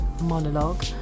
monologue